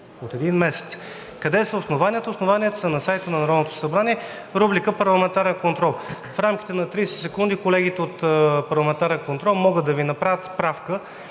От един месец! Къде са основанията? Основанията са на сайта на Народното събрание, рубрика „Парламентарен контрол“. В рамките на 30 секунди колегите от „Парламентарен контрол“ могат да Ви направят справка